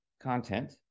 content